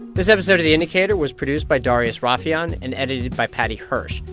this episode of the indicator was produced by darius rafieyan and edited by paddy hirsch.